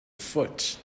foot